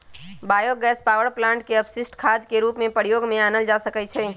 bio gas power plant के अपशिष्ट खाद के रूप में प्रयोग में आनल जा सकै छइ